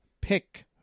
Pick